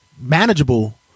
manageable